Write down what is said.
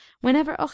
whenever